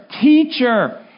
Teacher